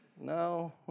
No